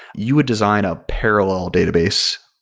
you would design a parallel database,